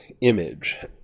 image